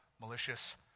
malicious